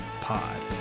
pod